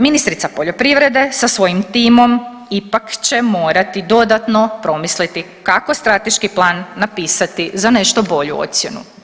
Ministrica poljoprivrede sa svojim timom ipak će morati dodatno promisliti kako strateški plan napisati za nešto bolju ocjenu.